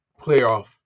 playoff